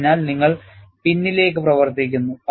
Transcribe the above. അതിനാൽ നിങ്ങൾ പിന്നിലേക്ക് പ്രവർത്തിക്കുന്നു